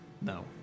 No